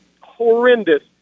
horrendous